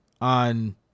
on